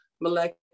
molecular